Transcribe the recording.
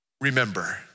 remember